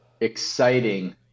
exciting